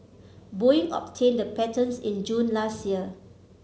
Boeing obtained the patents in June last year